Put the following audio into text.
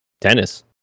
tennis